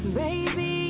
baby